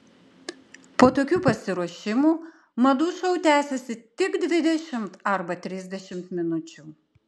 po tokių pasiruošimų madų šou tęsiasi tik dvidešimt arba trisdešimt minučių